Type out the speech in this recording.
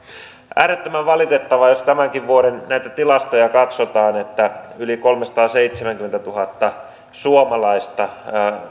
äärettömän valitettavaa jos tämänkin vuoden tilastoja katsotaan että yli kolmesataaseitsemänkymmentätuhatta suomalaista